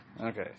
Okay